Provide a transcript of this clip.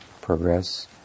progress